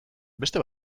beste